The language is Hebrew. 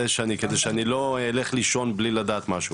שאני לא אלך לישון בלי לדעת משהו.